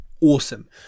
awesome